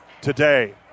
today